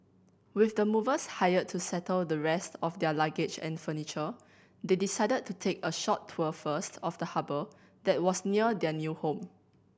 with the movers hired to settle the rest of their luggage and furniture they decided to take a short tour first of the harbour that was near their new home